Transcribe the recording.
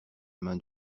main